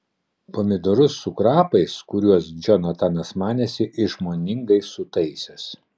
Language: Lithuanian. pomidorus su krapais kuriuos džonatanas manėsi išmoningai sutaisęs